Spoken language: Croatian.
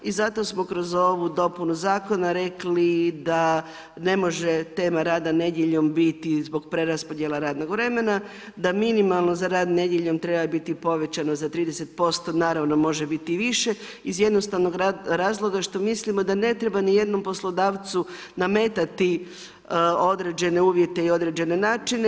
I zato smo kroz ovu dopunu zakona, rekli, da ne može tema rada nedjeljom biti zbog preraspodijelim rada vremena, da minimalno za rad nedjeljom, treba biti povećan za 30%, naravno može biti i više, iz jednostavnog razloga, što mislimo da ne treba niti jednom poslodavcu nametati određene uvijete i određene načine.